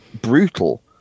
brutal